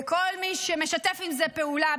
וכל מי שמשתף עם זה פעולה,